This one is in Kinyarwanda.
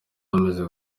bamaze